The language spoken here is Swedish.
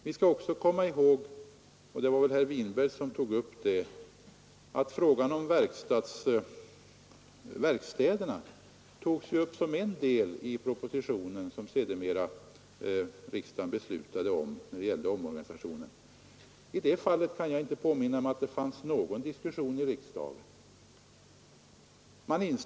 Vi skall också komma ihåg — herr Winberg tog upp det — att frågan om verkstäderna ingick som en del i den i propositionen om omorganisationen, som riksdagen sedermera fattade beslut om. I det fallet kan jag inte påminna mig att det var någon diskussion i riksdagen.